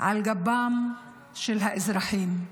על גבם של האזרחים.